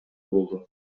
болду